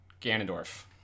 ganondorf